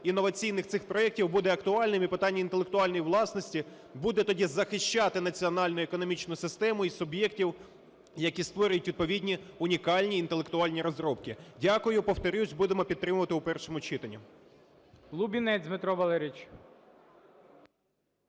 інноваційних цих проектів буде актуальним. І питання інтелектуальної власності буде тоді захищати національну економічну систему і суб'єктів, які створюють відповідні унікальні інтелектуальні розробки. Дякую. Повторюсь, будемо підтримувати у першому читанні.